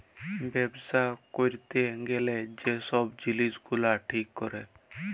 ব্যবছা ক্যইরতে গ্যালে যে ছব জিলিস গুলা ঠিক ক্যরে